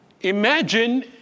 Imagine